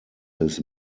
his